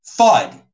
FUD